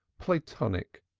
platonic,